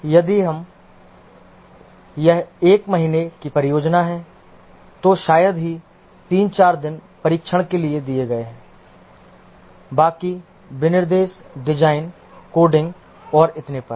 यदि यह 1 महीने की परियोजना है तो शायद ही 3 4 दिन परीक्षण के लिए दिए गए हों बाकी विनिर्देश डिजाइन कोडिंग और इतने पर हैं